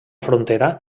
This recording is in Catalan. frontera